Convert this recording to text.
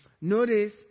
Notice